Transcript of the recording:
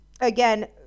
again